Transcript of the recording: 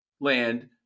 land